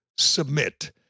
Submit